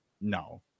No